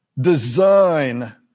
design